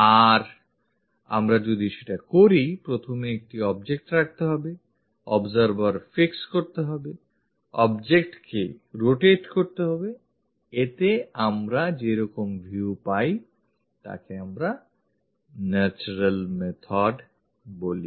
আর আমরা যদি সেটা করি প্রথমে একটি object রাখতে হবে observer fix করতে হবে objectকে rotate করতে হবে এতে আমরা যেরকম view পাই তাকে আমরা natural method বলি